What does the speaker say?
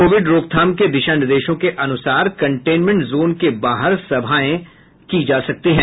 Covid रोकथाम के दिशा निर्देशों के अनुसार कंटेनमेंट जोन के बाहर सभाएं की जा सकती हैं